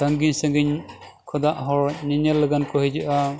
ᱥᱟᱺᱜᱤᱧ ᱥᱟᱺᱜᱤᱧ ᱠᱷᱚᱱᱟᱜ ᱦᱚᱲ ᱧᱮᱧᱮᱞ ᱞᱟᱜᱟᱫ ᱠᱚ ᱦᱤᱡᱩᱜᱼᱟ